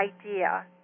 idea